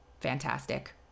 fantastic